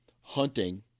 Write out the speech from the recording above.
hunting